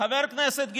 חבר הכנסת גינזבורג,